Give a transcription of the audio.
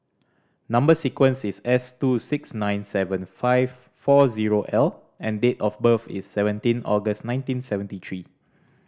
number sequence is S two six nine seven five four zero L and date of birth is seventeen August nineteen seventy three